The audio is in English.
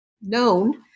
known